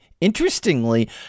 Interestingly